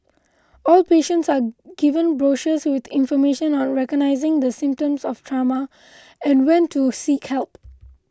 all patients are given brochures with information on recognising the symptoms of trauma and when to seek help